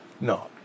No